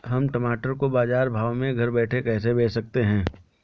हम टमाटर को बाजार भाव में घर बैठे कैसे बेच सकते हैं?